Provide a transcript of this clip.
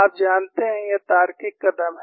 आप जानते हैं यह तार्किक कदम है